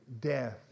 death